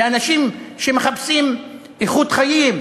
לאנשים שמחפשים איכות חיים אחרת,